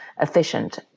efficient